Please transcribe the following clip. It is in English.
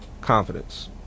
confidence